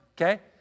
okay